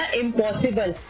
impossible